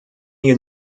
hier